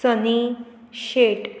Sunny Shet